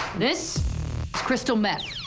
this is crystal meth.